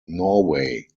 norway